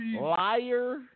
liar